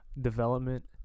development